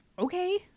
Okay